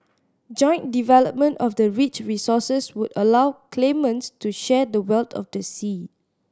joint development of the rich resources would allow claimants to share the wealth of the sea